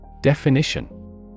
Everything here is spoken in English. Definition